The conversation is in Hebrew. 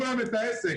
שסגרו להם את העסק.